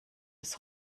des